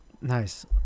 nice